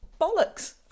bollocks